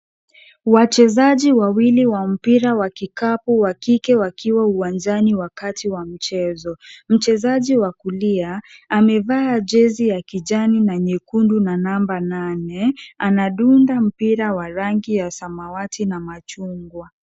Wachezaji wawili wa mpira wa kikapu wa kike, wakiwa uwanjani wakati wa michezo. Mchezaji wa kulia amevaa jezi ya kijani na nyekundu, na namba nane, anadunda mpira wa rangi ya samawati na machungwa.